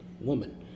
woman